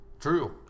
True